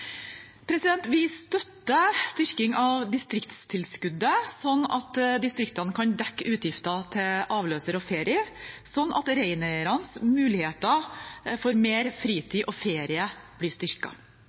at distriktene kan dekke utgifter til avløser og ferier, slik at reineiernes muligheter for mer